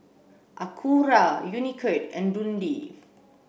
Acura Unicurd and Dundee